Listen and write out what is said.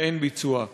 ואין ביצוע.